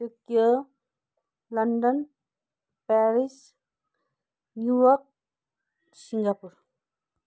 Tokyo London Paris New York Singapore